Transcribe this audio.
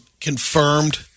confirmed